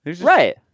right